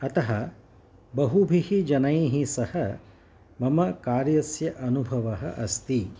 अतः बहुभिः जनैः सह मम कार्यस्य अनुभवः अस्ति